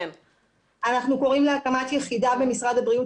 אנחנו קוראים להקמת יחידה במשרד הבריאות